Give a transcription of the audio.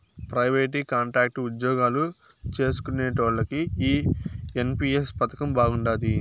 private, contract ఉజ్జోగాలు చేస్కునేటోల్లకి ఈ ఎన్.పి.ఎస్ పదకం బాగుండాది